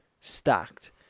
Stacked